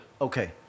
Okay